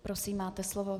Prosím, máte slovo.